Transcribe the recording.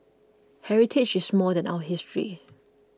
heritage is more than our history